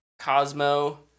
Cosmo